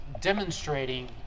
demonstrating